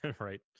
right